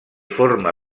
forma